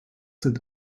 sind